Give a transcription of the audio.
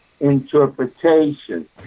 interpretation